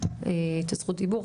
את זכות הדיבור,